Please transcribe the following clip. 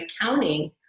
accounting